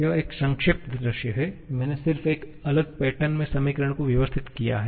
यह एक संक्षेप दृश्य है मैंने सिर्फ एक अलग पैटर्न में समीकरणों को व्यवस्थित किया है